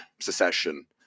secession